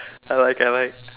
I like I like